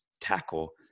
tackle